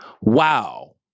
wow